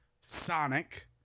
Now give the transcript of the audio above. Sonic